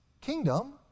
kingdom